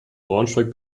braunschweig